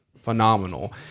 phenomenal